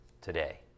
today